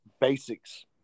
basics